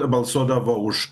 balsuodavo už